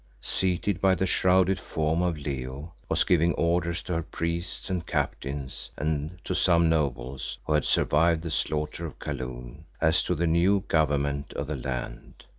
seated by the shrouded form of leo, was giving orders to her priests and captains and to some nobles, who had survived the slaughter of kaloon, as to the new government of the land.